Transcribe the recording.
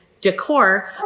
decor